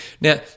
Now